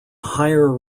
higher